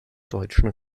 deutschen